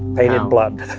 paid in blood